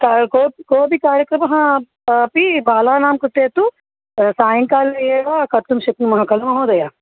का कोपि कोपि कार्यक्रमः आपि बालानां कृते तु सायङ्काले एव कर्तुं शक्नुमः खलु महोदय